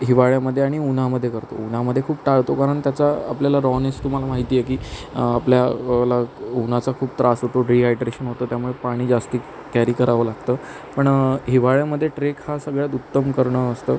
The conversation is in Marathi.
हिवाळ्यामध्ये आणि उन्हामध्ये करतो उन्हामध्ये खूप टाळतो कारण त्याचा आपल्याला रॉनेस तुम्हाला माहिती आहे की आपल्या ला उन्हाचा खूप त्रास होतो डिहायड्रेशन होतं त्यामुळे पाणी जास्त कॅरी करावं लागतं पण हिवाळ्यामध्ये ट्रेक हा सगळ्यात उत्तम करणं असतं